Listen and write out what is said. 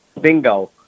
Bingo